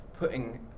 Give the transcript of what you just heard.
putting